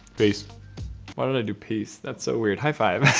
face why don't i do peace? that's so weird high five?